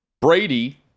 Brady